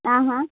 ಹಾಂ ಹಾಂ